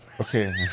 Okay